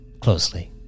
closely